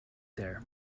there